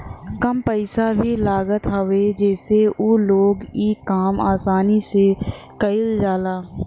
कम पइसा भी लागत हवे जसे उ लोग इ काम आसानी से कईल जाला